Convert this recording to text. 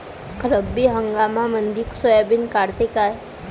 रब्बी हंगामामंदी सोयाबीन वाढते काय?